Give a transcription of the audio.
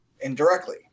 indirectly